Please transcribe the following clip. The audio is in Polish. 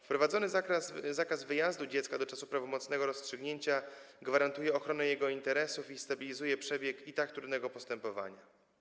Wprowadzony zakaz wyjazdu dziecka do czasu prawomocnego rozstrzygnięcia gwarantuje ochronę jego interesów i stabilizuje przebieg i tak trudnego postępowania.